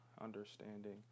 understanding